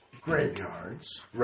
graveyards